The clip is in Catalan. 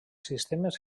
sistemes